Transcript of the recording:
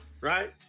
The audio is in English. right